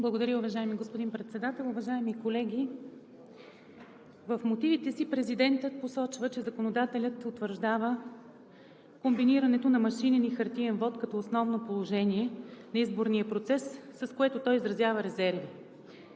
Благодаря, уважаеми господин Председател. Уважаеми колеги! В мотивите си президентът посочва, че законодателят утвърждава комбинирането на машинен и хартиен вот като основно положение на изборния процес, с което той изразява резерви.